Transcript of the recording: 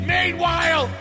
Meanwhile